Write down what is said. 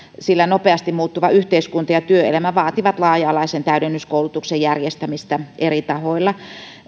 sillä nopeasti muuttuva yhteiskunta ja työelämä vaativat laaja alaisen täydennyskoulutuksen järjestämistä eri tahoilla